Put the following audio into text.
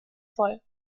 voll